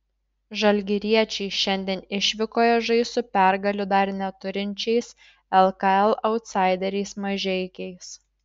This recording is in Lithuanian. žalgiriečiai šiandien išvykoje žais su pergalių dar neturinčiais lkl autsaideriais mažeikiais